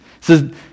says